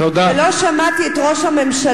לא שמעתי את ראש הממשלה,